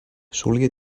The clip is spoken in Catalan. solia